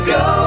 go